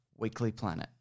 weeklyplanet